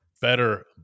better